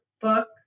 book